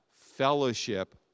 fellowship